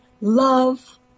Love